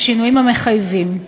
בשינויים המחייבים.